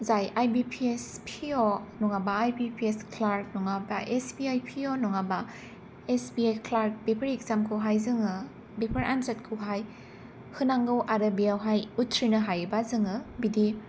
जाय I B P S P O नंगाबा I B P S clerk नंगाबा S B I P O नंगाबा S B I clerk बेफोर एक्जामखौहाय जोंङो बेफोर आन्जादखौहाय होनांगौ आरो बेवहाय उथ्रिनो हायोबा जोंङो बिदि